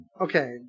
Okay